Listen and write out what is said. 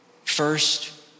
First